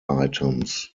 items